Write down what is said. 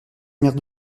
maire